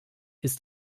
ist